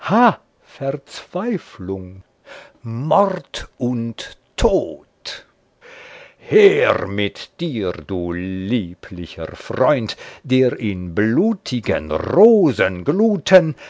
verzweiflung mord und tod her mit dir du lieblicher freund der in blutigen rosengluten